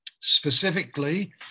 specifically